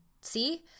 See